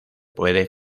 puede